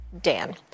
Dan